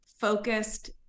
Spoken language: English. focused